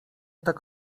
tak